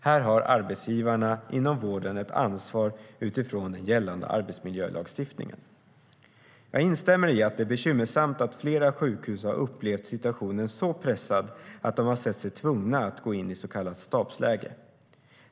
Här har arbetsgivarna inom vården ett ansvar utifrån den gällande arbetsmiljölagstiftningen. Jag instämmer i att det är bekymmersamt att flera sjukhus har upplevt situationen som så pressad att de har sett sig tvungna att gå in i så kallat stabsläge.